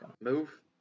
Move